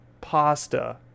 pasta